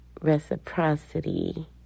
reciprocity